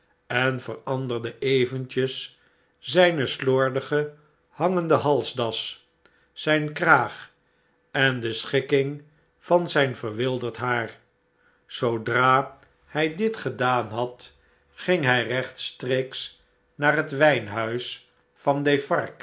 en veranderde eventjes zjjne slordige hangende halsdas zyn kraag en de schikking van zjjn verwilderd haar zoodra hjj dit gedaan had ging hjj rechtstreeks naar het wijnhuis van